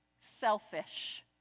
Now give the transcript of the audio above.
selfish